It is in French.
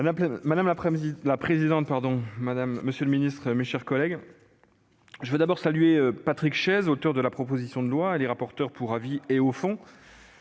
Madame la présidente, monsieur le secrétaire d'État, mes chers collègues, je veux tout d'abord saluer Patrick Chaize, auteur de la proposition de loi, et les rapporteurs pour avis et au fond,